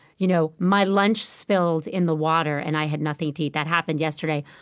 you know my lunch spilled in the water, and i had nothing to eat. that happened yesterday.